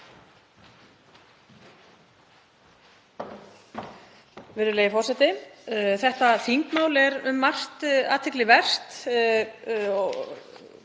Virðulegi forseti. Þetta þingmál er um margt athyglivert.